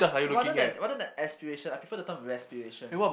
rather than rather than aspiration I prefer the term respiration